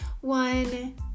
One